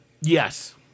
Yes